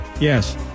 Yes